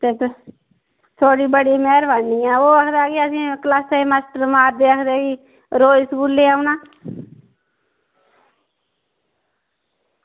ते थुआढ़ी मेहरबानी ऐ ते ओह् आक्खदा कि क्लॉसे ई मास्टर असें गी मारदे न रोज़ स्कूलै गी औना